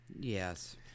Yes